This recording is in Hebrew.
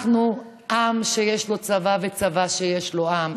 אנחנו עם שיש לו צבא וצבא שיש לו עם.